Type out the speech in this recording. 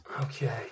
Okay